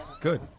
Good